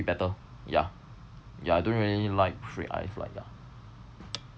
better ya ya I don't really like red eye flight ya